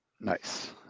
Nice